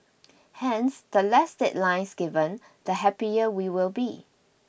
hence the less deadlines given the happier we will be